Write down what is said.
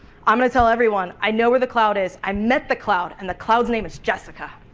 i'm going to tell everyone i know where the cloud is, i met the cloud and the cloud's name is jessica!